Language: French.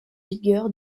vigueur